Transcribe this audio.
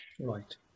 right